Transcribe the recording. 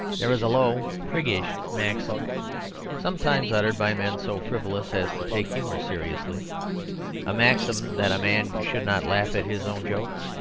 there is a low priggish maxim sometimes uttered by men so frivolous as to take humour seriously a maxim that a man should not laugh at his own jokes.